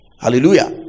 Hallelujah